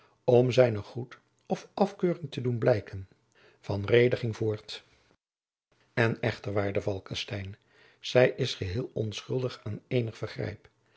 om zijne goed of afkeuring te doen blijken van reede ging voort en echter waarde falckestein zij is geheel onschuldig aan eenig vergrijp